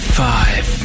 five